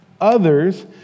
Others